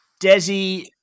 Desi